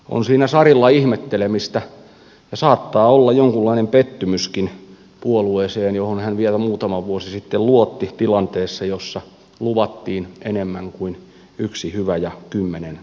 on siinä sarilla ihmettelemistä ja saattaa olla jonkunlainen pettymyskin puolueeseen johon hän vielä muutama vuosi sitten luotti tilanteessa jossa luvattiin enemmän kuin yksi hyvä ja kymmenen kaunista